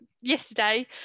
yesterday